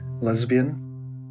lesbian